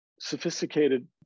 sophisticated